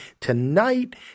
tonight